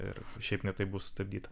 ir šiaip ne taip buvo sustabdyta